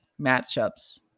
matchups